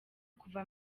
kuva